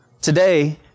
Today